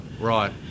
Right